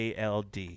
ALD